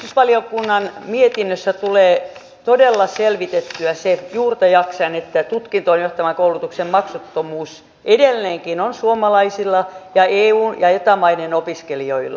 sivistysvaliokunnan mietinnössä tulee todella selvitettyä juurta jaksaen se että tutkintoon johtavan koulutuksen maksuttomuus edelleenkin on suomalaisilla ja eu ja eta maiden opiskelijoilla